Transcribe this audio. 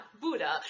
Buddha